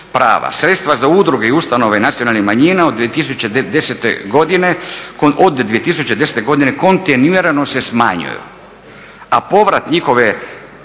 Sredstva za udruge i ustanove nacionalnih manjina od 2010. godine kontinuirano se smanjuju, a povrat njihove